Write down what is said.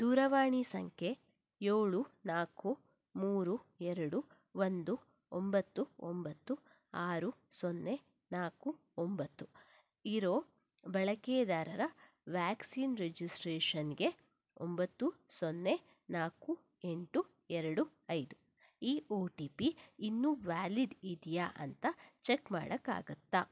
ದೂರವಾಣಿ ಸಂಖ್ಯೆ ಏಳು ನಾಲ್ಕು ಮೂರು ಎರಡು ಒಂದು ಒಂಬತ್ತು ಒಂಬತ್ತು ಆರು ಸೊನ್ನೆ ನಾಲ್ಕು ಒಂಬತ್ತು ಇರೊ ಬಳಕೆದಾರರ ವ್ಯಾಕ್ಸಿನ್ ರಿಜಿಸ್ಟ್ರೇಷನಿಗೆ ಒಂಬತ್ತು ಸೊನ್ನೆ ನಾಲ್ಕು ಎಂಟು ಎರಡು ಐದು ಈ ಓ ಟಿ ಪಿ ಇನ್ನು ವ್ಯಾಲಿಡ್ ಇದೆಯಾ ಅಂತ ಚೆಕ್ ಮಾಡಕೆ ಆಗುತ್ತಾ